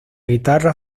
guitarra